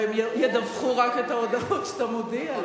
הרי הם ידווחו רק את ההודעות שאתה מודיע,